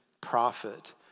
prophet